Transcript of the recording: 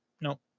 no